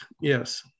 Yes